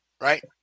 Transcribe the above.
right